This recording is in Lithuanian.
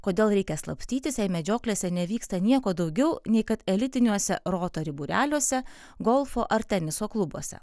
kodėl reikia slapstytis jei medžioklėse nevyksta nieko daugiau nei kad elitiniuose rotary būreliuose golfo ar teniso klubuose